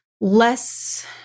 less